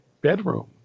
bedroom